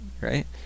right